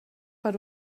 per